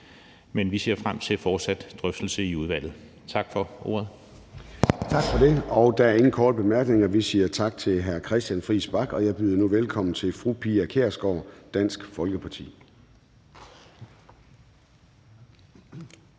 Vi ser frem til fortsat drøftelse i udvalget. Tak for ordet. Kl. 10:22 Formanden (Søren Gade): Tak for det. Der er ingen korte bemærkninger, og så siger vi tak til hr. Christian Friis Bach. Jeg byder nu velkommen til fru Pia Kjærsgaard, Dansk Folkeparti.